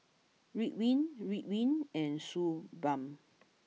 Ridwind Ridwind and Suu Balm